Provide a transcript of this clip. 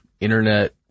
internet